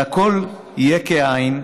/ והכול יהיה כאין,